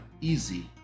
Easy